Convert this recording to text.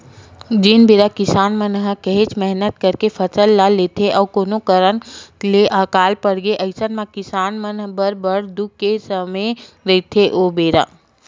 जेन बेरा किसान मन काहेच मेहनत करके फसल ल लेथे अउ कोनो कारन ले अकाल पड़गे अइसन म किसान मन बर बड़ दुख के समे रहिथे ओ बेरा